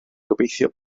gobeithio